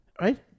Right